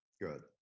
good